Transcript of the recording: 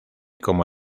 como